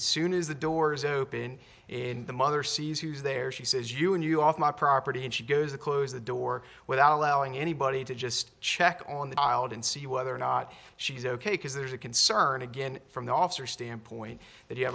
is soon as the doors open in the mother sees who's there she says you and you off my property and she goes to close the door without allowing anybody to just check on the island and see whether or not she's ok because there's a concern again from the officer standpoint that you